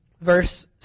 verse